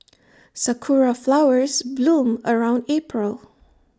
Sakura Flowers bloom around April